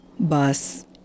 Bus